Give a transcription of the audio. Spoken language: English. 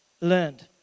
learned